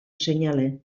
seinale